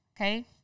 Okay